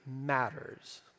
matters